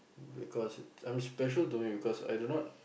because I'm special to me because I do not